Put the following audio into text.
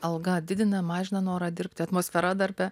alga didina mažina norą dirbti atmosfera darbe